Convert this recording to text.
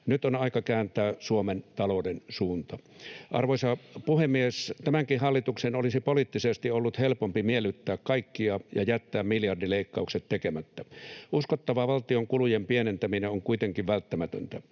Nyt on aika kääntää Suomen talouden suunta. Arvoisa puhemies! Tämänkin hallituksen olisi poliittisesti ollut helpompi miellyttää kaikkia ja jättää miljardileikkaukset tekemättä. Uskottava valtion kulujen pienentäminen on kuitenkin välttämätöntä.